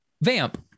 Vamp